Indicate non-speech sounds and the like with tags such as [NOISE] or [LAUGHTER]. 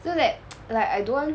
so that [NOISE] like I don't want